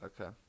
Okay